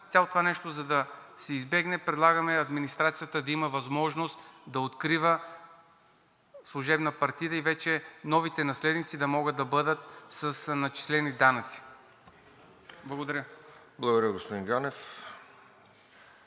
Цялото това нещо, за да се избегне, предлагаме администрацията да има възможност да открива служебна партида и вече новите наследници да могат да бъдат с начислени данъци. Благодаря. ПРЕДСЕДАТЕЛ РОСЕН